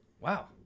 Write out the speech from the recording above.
Wow